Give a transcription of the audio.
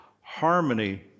Harmony